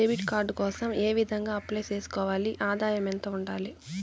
Debit card కోసం ఏ విధంగా అప్లై సేసుకోవాలి? ఆదాయం ఎంత ఉండాలి?